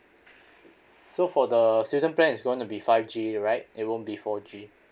so for the student plan is going to be five G right it won't be four G